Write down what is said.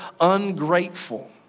ungrateful